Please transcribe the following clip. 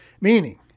meaning